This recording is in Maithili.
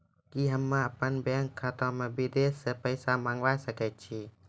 कि होम अपन बैंक खाता मे विदेश से पैसा मंगाय सकै छी?